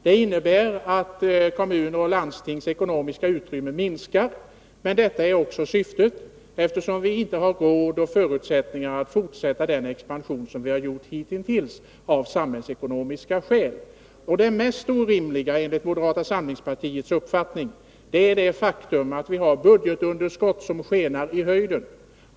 Det innebär att kommunernas och landstingens ekonomiska utrymme minskar, men detta är också syftet, eftersom vi av samhällsekonomiska skäl inte har råd och förutsättning att fortsätta den expansion som hitintills har skett. Det mest orimliga, enligt moderaternas uppfattning, är det faktum att vi har ett budgetunderskott som skenar i höjden.